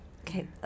okay